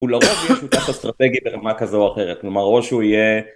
הוא לרוב יהיה שותף אסטרטגי ברמה כזו או אחרת. כלומר, או שהוא יהיה...